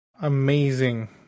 amazing